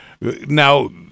now